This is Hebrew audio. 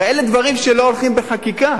הרי אלה דברים שלא הולכים בחקיקה.